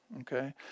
Okay